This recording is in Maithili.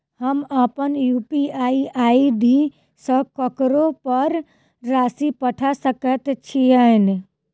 हम अप्पन यु.पी.आई आई.डी सँ ककरो पर राशि पठा सकैत छीयैन?